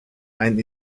ein